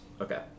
Okay